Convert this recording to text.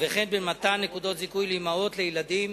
וכן במתן נקודות זיכוי לאמהות לילדים